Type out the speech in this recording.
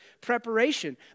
preparation